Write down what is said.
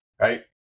right